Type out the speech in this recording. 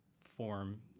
form